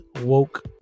woke